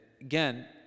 again